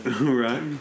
Right